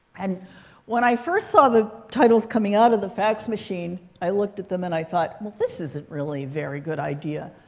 and when i first saw the titles coming out of the fax machine, i looked at them. and i thought, well, this isn't really a very good idea.